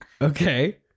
okay